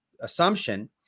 assumption